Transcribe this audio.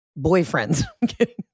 boyfriends